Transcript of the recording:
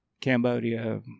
Cambodia